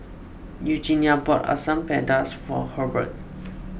Eugenia bought Asam Pedas for Hurbert